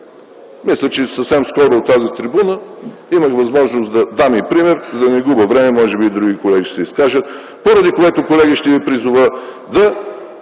Мисля, че съвсем скоро от тази трибуна имах възможност да дам и пример. Но, да не губя време, може би и други колеги ще се изкажат, поради което, колеги, ще ви призова да